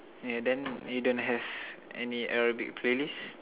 yeah then you don't have any Arabic playlists